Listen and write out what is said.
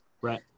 Right